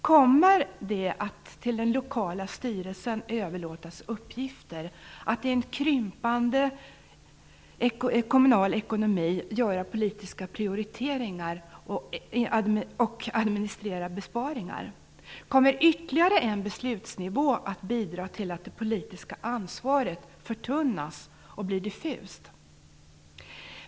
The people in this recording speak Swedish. Kommer det att till den lokala styrelsen överlåtas uppgifter att i en krympande kommunal ekonomi göra politiska prioriteringar och administrera besparingar? Kommer ytterligare en beslutsnivå att bidra till att det politiska ansvaret förtunnas och blir diffust?